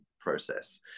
process